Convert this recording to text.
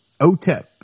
Otep